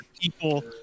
People